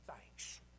thanks